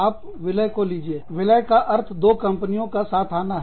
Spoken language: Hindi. आप विलय को लीजिए विलय का अर्थ दो कंपनियों का साथ आना है